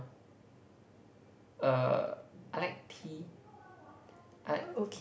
err I like tea I like